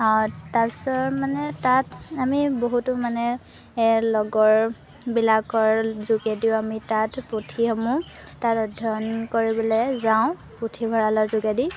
তাৰপিছত মানে তাত আমি বহুতো মানে লগৰবিলাকৰ যোগেদিও আমি তাত পুথিসমূহ তাত অধ্যয়ন কৰিবলৈ যাওঁ পুথিভঁৰালৰ যোগেদি